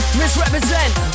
misrepresent